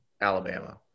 Alabama